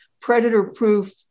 predator-proof